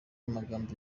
magambo